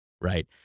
right